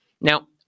Now